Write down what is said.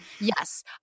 Yes